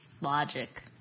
logic